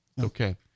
okay